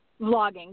vlogging